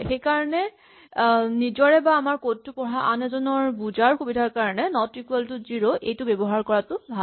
সেইকাৰণে নিজৰে বা আমাৰ কড টো পঢ়া আন এজনৰ বুজাৰ সুবিধাৰ কাৰণে নট ইকুৱেল টু জিৰ' টো ব্যৱহাৰ কৰাটো ভাল